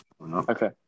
Okay